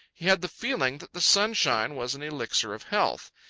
he had the feeling that the sun shine was an elixir of health.